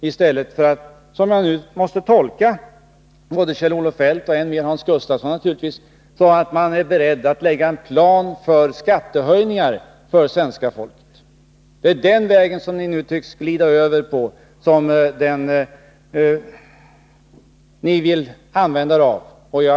I stället säger ni — så måste jag tolka Kjell-Olof Feldt, och ännu mer Hans Gustafsson — att ni är beredda att lägga fram en plan för skattehöjningar för svenska folket. Det är den vägen som ni nu tycks glida över på, som ni vill använda er av.